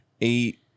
eight